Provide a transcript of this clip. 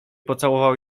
pocałował